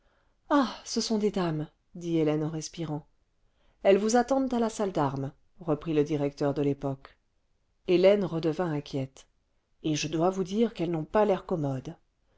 ah ce sont des dames dit hélène en respirant le vingtième siècle elles vous attendent à la salle d'armes reprit le directeur de y époque hélène redevint inquiète et je dois vous dire qu'elles n'ont pas l'air commode